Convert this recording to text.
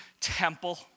temple